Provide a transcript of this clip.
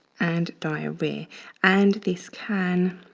and diarrhea. and this can